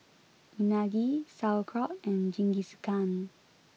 Unagi Sauerkraut and Jingisukan